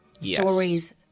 Stories